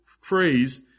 phrase